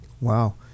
Wow